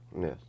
Yes